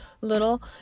little